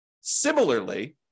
Similarly